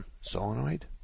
solenoid